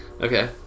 Okay